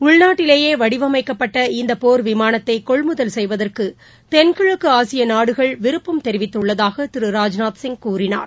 உள்நாட்டிலேயே வடிவமைக்கப்பட்ட இந்த போர் விமானத்தை கொள்முதல் செய்வதற்கு தென்கிழக்கு ஆசிய நாடுகள் விரும்பம் தெரிவித்துள்ளதாக திரு ராஜ்நாத் சிங் கூறினார்